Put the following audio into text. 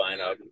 lineup